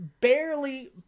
barely